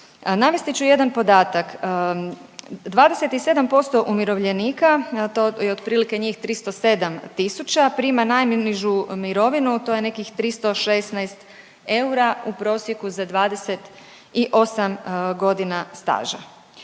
Navesti ću jedan podatak, 27% umirovljenika, a to je otprilike njih 307 tisuća prima najnižu mirovinu, a to je nekih 316 eura u prosjeku za 28.g. staža.